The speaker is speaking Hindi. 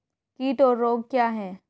कीट और रोग क्या हैं?